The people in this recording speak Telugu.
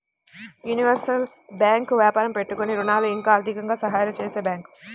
యూనివర్సల్ బ్యాంకు వ్యాపారం పెట్టుబడికి ఋణాలు ఇంకా ఆర్థికంగా సహాయాలు చేసే బ్యాంకు